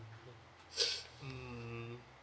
mm